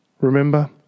Remember